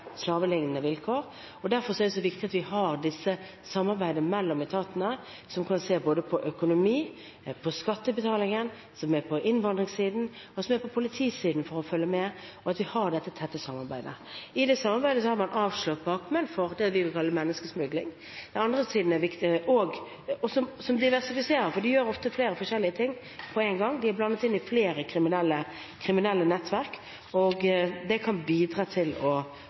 viktig at vi har dette samarbeidet mellom etatene, som kan se både på økonomi og på skattebetalingen, som er på innvandringssiden og på politisiden, for å følge med. I dette tette samarbeidet har man avslørt bakmenn som driver med det vi vil kalle menneskesmugling, og som diversifiserer, for de gjør ofte flere forskjellige ting på en gang – de er blandet inn i flere kriminelle nettverk. Dette kan bidra til å